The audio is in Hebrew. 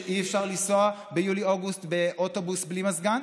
שאי-אפשר לנסוע ביולי-אוגוסט באוטובוס בלי מזגן?